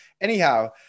anyhow